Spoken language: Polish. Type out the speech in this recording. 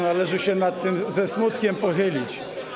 Należy się tylko nad tym ze smutkiem pochylić.